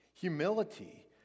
humility